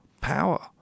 power